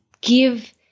give